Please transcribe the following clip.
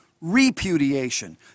repudiation